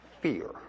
fear